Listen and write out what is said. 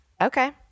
Okay